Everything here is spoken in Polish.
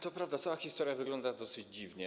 To prawda, cała historia wygląda dosyć dziwnie.